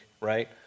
right